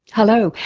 hello,